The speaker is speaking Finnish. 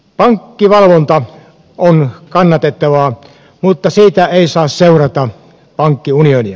pankkivalvonta on kannatettavaa mutta siitä ei saa seurata pankkiunionia